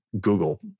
Google